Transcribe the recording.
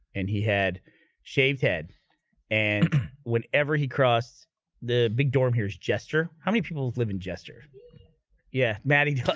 and he had shaved head and whenever he crossed the big dorm. here's gesture. how many people live in jester yeah matty